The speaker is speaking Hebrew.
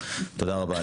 תודה רבה.